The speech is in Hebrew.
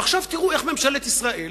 ועכשיו תראו איך ממשלת ישראל,